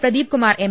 പ്രദീ പ്കുമാർ M